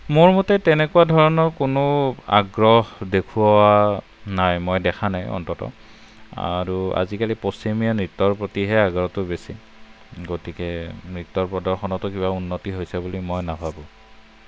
মোৰ মতে তেনেকুৱা ধৰণৰ কোনো আগ্ৰহ দেখুওৱা নাই মই দেখা নাই অন্ততঃ আৰু আজি কালি পশ্চিমীয়া নৃত্যৰ প্ৰতিহে আগ্ৰহটো বেছি গতিকে নৃত্য প্ৰদৰ্শনতো কিবা উন্নতি হৈছে বুলি মই নাভাবোঁ